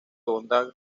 bondad